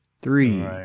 three